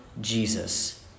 Jesus